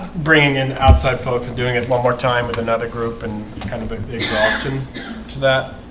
bringing in outside folks and doing it one more time with another group and kind of interaction to that